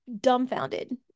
dumbfounded